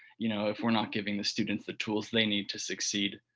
you know, if we're not giving the students the tools they need to succeed,